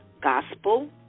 gospel